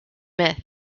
myth